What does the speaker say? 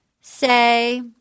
say